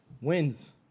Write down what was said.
wins